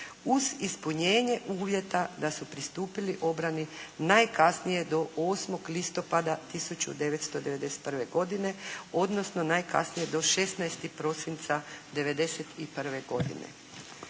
Uz ispunjenje uvjete da su pristupili obrani najkasnije do 8. listopada 1991. godine, odnosno najkasnije do 16. prosinca 91. godine.